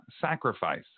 sacrifice